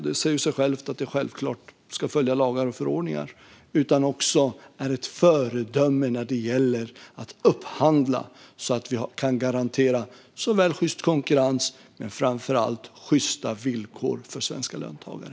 Det är självklart att man ska följa lagar och förordningar, men man ska också vara ett föredöme när det gäller att upphandla så att vi kan garantera sjyst konkurrens och framför allt sjysta villkor för svenska löntagare.